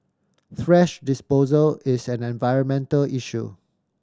thrash disposal is an environmental issue